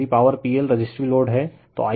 यदि power PL resistive load है तो I L केवल PLVL होगा